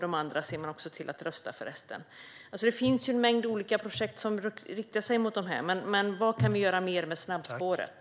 De andra ser man till att rusta för framtiden. Det finns en mängd olika projekt som riktar sig till dessa människor. Men vad kan vi göra mer med snabbspåret?